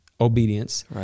obedience